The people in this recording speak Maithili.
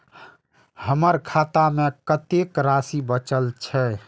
हमर खाता में कतेक राशि बचल छे?